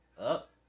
up